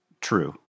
True